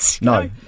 No